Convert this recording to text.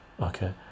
Okay